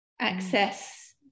access